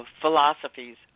philosophies